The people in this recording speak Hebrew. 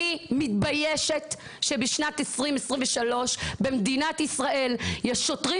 אני מתביישת שבשנת 2023 במדינת ישראל יש שוטרים